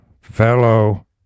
fellow